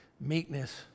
Meekness